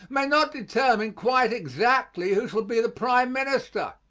may not determine quite exactly who shall be the prime minister,